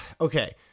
Okay